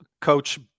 Coach